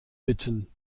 bitten